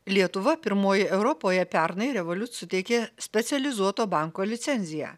lietuva pirmoji europoje pernai revoliut suteikė specializuoto banko licenciją